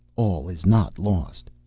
all is not lost.